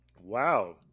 Wow